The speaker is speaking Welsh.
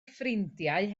ffrindiau